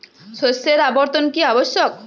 শস্যের আবর্তন কী আবশ্যক?